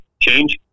change